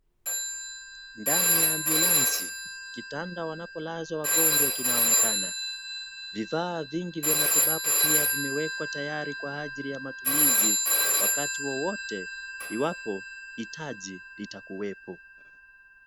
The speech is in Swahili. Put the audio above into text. Ndani ya ambulansi , kitanda wanapolaza wagonjwa kinaonekana. Vifaa vingi vya matibabu pia vimewekwa tayari kwa ajili ya matumizi wakati wowote iwapo, hitaji litakuwepo.